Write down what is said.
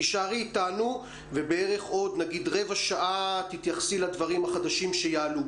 תישארי איתנו ובערך עוד רבע שעה תתייחסי לדברים החדשים שיעלו,